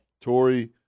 Tory